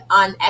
on